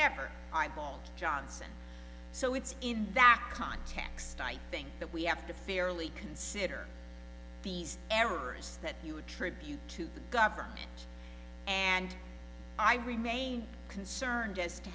never eyeballed johnson so it's in that context i think that we have to fairly consider these errors that you attribute to the government and i remain concerned as to